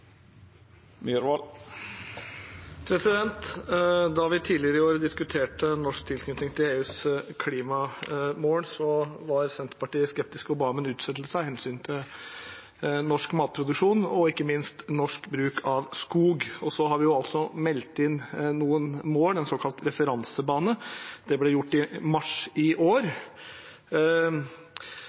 Da vi tidligere i år diskuterte norsk tilknytning til EUs klimamål, var Senterpartiet skeptisk og ba om en utsettelse av hensyn til norsk matproduksjon og ikke minst til norsk bruk av skog. Så har vi jo meldt inn noen mål, en såkalt referansebane. Det ble gjort i mars i år.